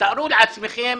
תארו לעצמכם